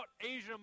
Asia